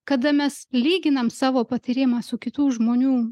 kada mes lyginam savo patyrimą su kitų žmonių